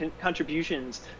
contributions